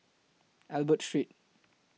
Albert Street